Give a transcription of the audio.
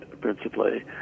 principally